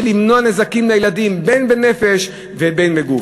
למנוע נזקים לילדים בין בנפש ובין בגוף.